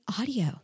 audio